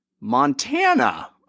Montana